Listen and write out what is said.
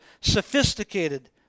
sophisticated